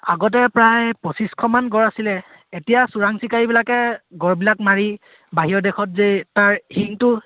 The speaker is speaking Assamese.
আগতে প্ৰায় পঁচিছশমান গঁড় আছিলে এতিয়া চোৰাং চিকাৰীবিলাকে গঁড়বিলাক মাৰি বাহিৰৰ দেশত যে তাৰ শিংটো